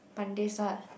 C